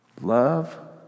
love